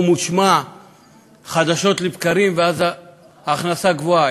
או מושמע חדשות לבקרים, ואז ההכנסה הגבוהה.